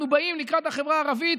אנחנו באים לקראת החברה הערבית